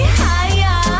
higher